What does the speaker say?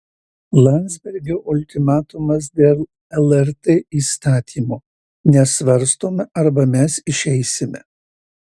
landsbergio ultimatumas dėl lrt įstatymo nesvarstome arba mes išeisime